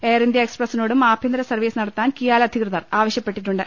air India എക്സ്പ്രസിനോടും ആഭ്യന്തര service നടത്താൻ കിയാൽ അധികൃതർ ആവശ്യപ്പെട്ടിട്ടുണ്ട്